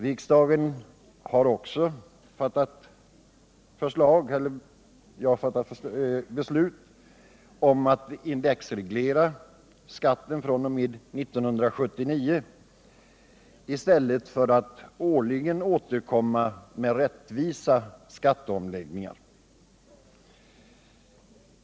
Riksdagen har också fattat beslut om att indexreglera skatten från 1979 i stället för att årligen återkomma med rättvisa skatteomläggningar.